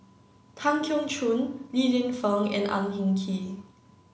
Tan Keong Choon Li Lienfung and Ang Hin Kee